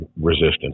resistance